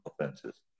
offenses